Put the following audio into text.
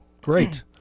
great